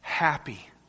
happy